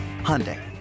Hyundai